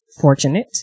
fortunate